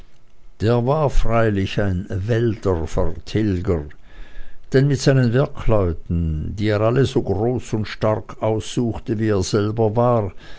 der war freilich ein wäldervertilger denn mit seinen werkleuten die er alle so groß und stark aussuchte wie er selber war